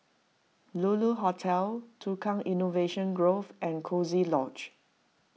Lulu Hotel Tukang Innovation Grove and Coziee Lodge